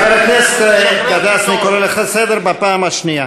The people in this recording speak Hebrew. חבר הכנסת גטאס, אני קורא אותך לסדר בפעם השנייה.